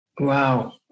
Wow